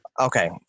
okay